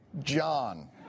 john